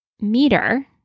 meter